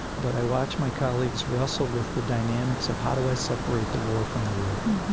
but i watch my colleagues wrestle with the dynamics of how do i separate the war from the warrior?